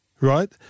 right